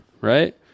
Right